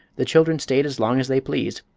the children stayed as long as they pleased,